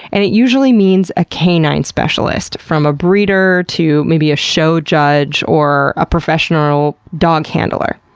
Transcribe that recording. and it usually means a canine specialist, from a breeder, to maybe a show judge, or a professional dog handler.